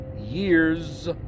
years